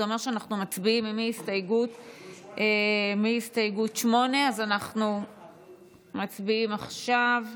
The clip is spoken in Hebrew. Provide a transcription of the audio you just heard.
זה אומר שאנחנו מצביעים מהסתייגות 8. אז אנחנו מצביעים עכשיו,